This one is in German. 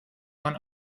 man